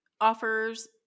Offers